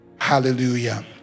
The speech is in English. Hallelujah